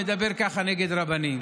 מדבר ככה נגד רבנים.